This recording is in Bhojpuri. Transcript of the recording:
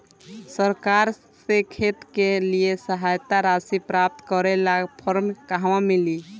सरकार से खेत के लिए सहायता राशि प्राप्त करे ला फार्म कहवा मिली?